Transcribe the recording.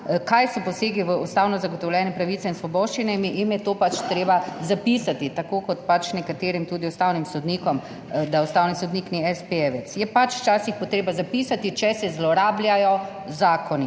kaj so posegi v ustavno zagotovljene pravice in svoboščine, jim je to pač treba zapisati, tako kot pač tudi nekaterim ustavnim sodnikom, da ustavni sodnik ni espejevec. Je pač včasih potrebno zapisati, če se zlorabljajo zakoni.